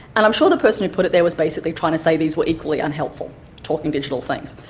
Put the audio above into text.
and i'm sure the person who put it there was basically trying to say these were equally unhelpful talking digital things.